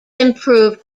improved